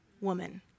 woman